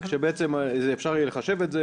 יהיה אפשר לחשב את זה